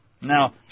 Now